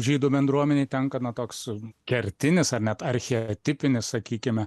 žydų bendruomenei tenka na toks kertinis ar net archetipine sakykime